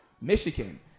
Michigan